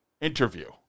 interview